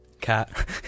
Cat